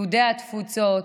יהודי התפוצות,